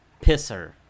pisser